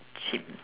cheem